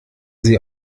sie